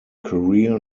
career